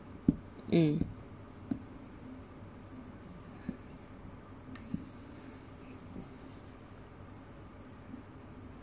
mm